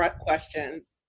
questions